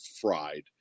fried